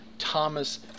Thomas